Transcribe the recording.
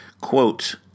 Quote